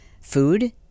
food